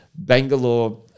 Bangalore